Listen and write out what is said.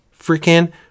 freaking